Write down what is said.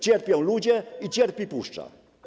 Cierpią ludzie i cierpi puszcza.